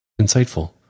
insightful